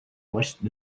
oest